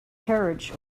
carriage